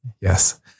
Yes